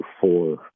four